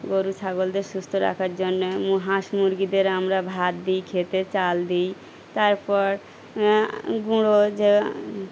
গরু ছাগলদের সুস্থ রাখার জন্যে হাঁস মুরগিদের আমরা ভাত দিই খেতে চাল দিই তারপর গুঁড়ো যে